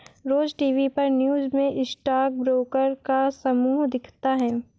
रोज TV पर news में stock broker का समूह दिखता है